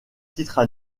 titres